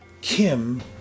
Kim